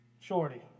Shorty